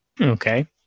Okay